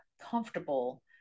comfortable